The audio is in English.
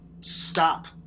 stop